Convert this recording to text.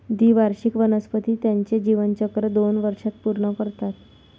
द्विवार्षिक वनस्पती त्यांचे जीवनचक्र दोन वर्षांत पूर्ण करतात